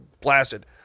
blasted